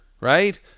right